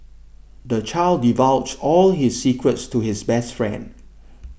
the child divulged all his secrets to his best friend